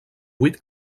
vuit